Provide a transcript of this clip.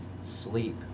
sleep